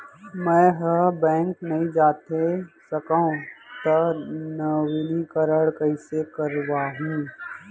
मैं ह बैंक नई जाथे सकंव त नवीनीकरण कइसे करवाहू?